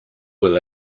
will